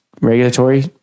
regulatory